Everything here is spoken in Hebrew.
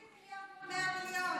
50 מיליארד מול 100 מיליון.